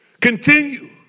continue